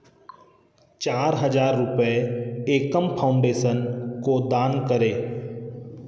चार हज़ार रुपये एकम फाउंडेसन को दान करें